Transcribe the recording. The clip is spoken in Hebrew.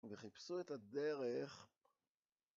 וחיפשו את הדרך